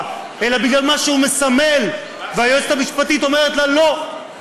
אלא בגלל מה שהוא מסמל והיועצת המשפטית אומרת לה: לא,